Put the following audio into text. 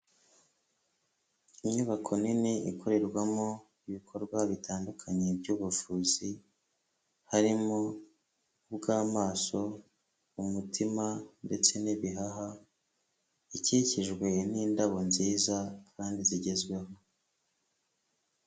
Inyubako nini ikorerwamo ibikorwa bitandukanye by'ubuvuzi, harimo ubw'amaso, umutima ndetse n'ibihaha, ikikijwe n'indabo nziza kandi zigezweho.